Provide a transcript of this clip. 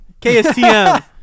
KSTM